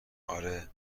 آره